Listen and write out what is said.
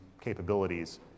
capabilities